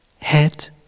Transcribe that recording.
head